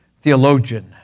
theologian